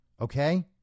Okay